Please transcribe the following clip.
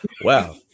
Wow